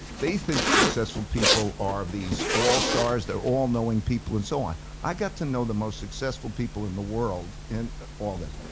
they think successful people are these all stars, they're all knowing people and so on. i got to know the most successful people in the world in all this.